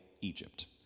Egypt